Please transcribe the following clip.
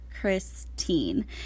Christine